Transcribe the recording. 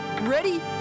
Ready